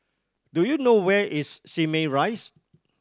do you know where is Simei Rise